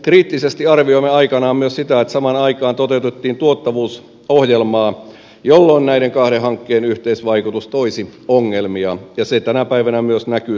kriittisesti arvioimme aikanaan myös sitä että samaan aikaan toteutettiin tuottavuusohjelmaa jolloin näiden kahden hankkeen yhteisvaikutus toisi ongelmia ja se tänä päivänä myös näkyy selvästi